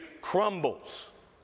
crumbles